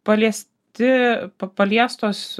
paliesti paliestos